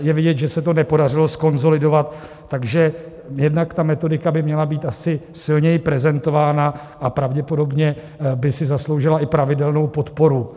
Je vidět, že se to nepodařilo zkonsolidovat, takže jednak ta metodika by měla být asi silněji prezentována a pravděpodobně by si zasloužila i pravidelnou podporu.